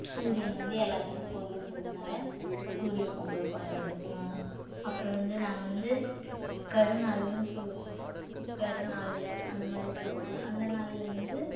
சூரியன் வந்து எல்லாத்துக்கும் பொதுன்றதனால சூரியப் பொங்கல் கொண்டாடுவோம் அப்புறம் வந்து நாங்கள் வந்து கருநாள்னு சொல்லுவோம் கருநாள் அந்த மாதிரி சொல்லுவாங்க அந்த நாள்ல வந்து